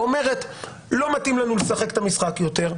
אומרת: לא מתאים לנו לשחק את המשחק יותר,